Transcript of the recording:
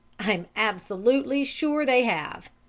i am absolutely sure they have!